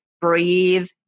breathe